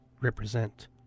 represent